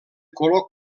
color